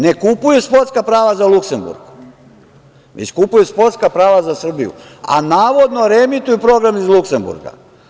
Ne kupuje sportska prava za Luksemburg, već kupuje sportska prava za Srbiju, a navodno reemituje program iz Luksemburga.